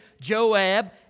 Joab